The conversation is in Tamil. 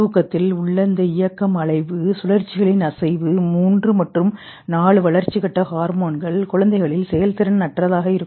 தூக்கத்தில் உள்ள இந்த இயக்கம்அலைவு சுழற்சிகளின் அசைவு 3 மற்றும் 4 வளர்ச்சி கட்ட ஹார்மோன்கள் குழந்தைகளில்செயல்திறன் அற்றதாக இருக்கும்